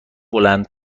بلند